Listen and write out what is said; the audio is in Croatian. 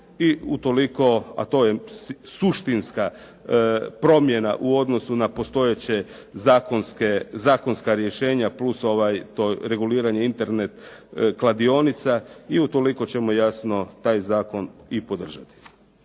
a to je suštinska promjena u odnosu na postojeće zakonska rješenja plus to reguliranje Internet kladionica i utoliko ćemo jasno taj zakon i podržati.